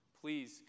please